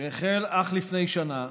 שהחל אך לפני כשנה,